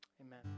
Amen